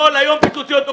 כל היום תוקפים פיצוציות.